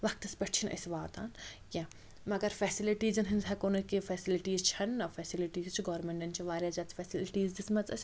وقتَس پٮ۪ٹھ چھِنہٕ أسۍ واتان کیٚنٛہہ مگر فیسَلٹیٖزَن ہنٛز ہیٚکو نہٕ کیٚنٛہہ فیسَلٹیٖز چھَنہٕ نَہ فیسَلٹیٖز چھِ گورمیٚنٛٹَن چھِ واریاہ زیادٕ فیسَلٹیٖز دِژٕمَژ اسہِ